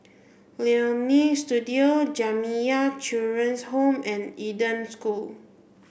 Leonie Studio Jamiyah Children's Home and Eden School